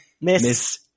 miss